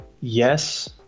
Yes